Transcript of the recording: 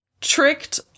tricked